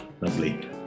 Lovely